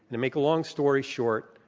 to make a long story short,